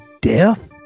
death